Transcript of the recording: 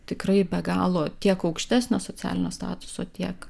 tikrai be galo tiek aukštesnio socialinio statuso tiek